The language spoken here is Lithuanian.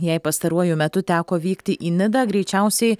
jei pastaruoju metu teko vykti į nidą greičiausiai